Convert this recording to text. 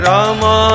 Rama